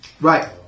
Right